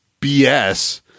BS